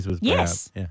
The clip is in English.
Yes